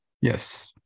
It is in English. Yes